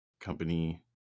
company